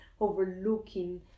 overlooking